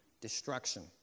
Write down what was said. destruction